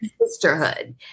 sisterhood